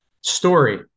Story